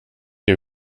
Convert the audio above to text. dem